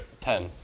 Ten